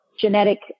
genetic